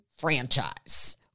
franchise